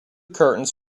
curtains